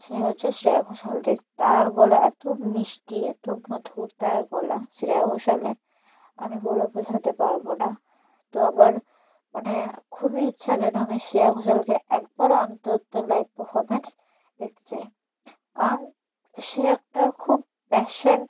সে হচ্ছে শ্রেয়া ঘোষাল যে তার গলা এতো মিষ্টি এত মধুর তার গলা শ্রেয়া ঘোষালের আমি বলে বোঝাতে পারবো না তো আবার মানে খুবই ইচ্ছা যেন আমি শ্রেয়া ঘোষালকে একবারও অন্তত লাইভ পারফরম্যান্স দেখতে চাই কারণ সে একটা খুব প্যাশান